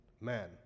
man